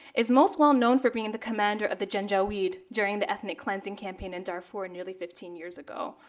is most well known for being the commander of the janjaweed during the ethnic cleansing campaign in darfur nearly fifteen years ago,